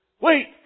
Wait